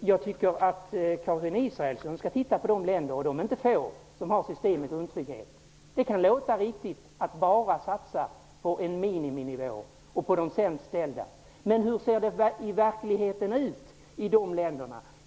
Jag tycker att Karin Israelsson skall titta på de länder -- och de är inte få! -- som har ett system med grundtrygghet. Det kan låta riktigt att bara satsa på en miniminivå och på dem som har det sämst ställt, men hur ser det ut i verkligheten i de länderna?